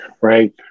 right